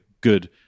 good